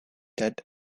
tet